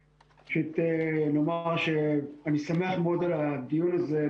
ראשית, נאמר שאני שמח מאוד על הדיון הזה.